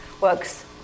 works